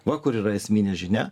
va kur yra esminė žinia